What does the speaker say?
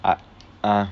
I ah